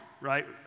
right